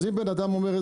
אם בן אדם אומר,